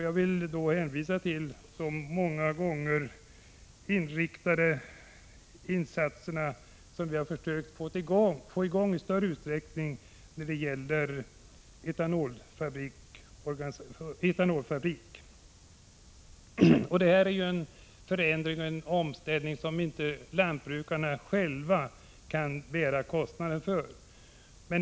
Jag vill då hänvisa till våra försök att få i gång en etanolfabrik. Detta är en omställning som lantbrukarna själva inte kan bära kostnaden för.